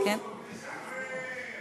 אני מבין בזה קצת יותר ממנה.